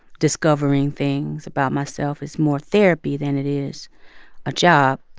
discovering things about myself is more therapy than it is a job.